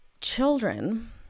children